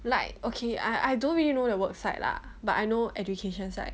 like okay I I don't really know the work side lah but I know education site